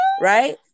Right